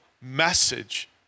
message